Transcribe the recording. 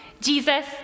Jesus